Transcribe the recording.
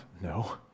No